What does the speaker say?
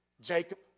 Jacob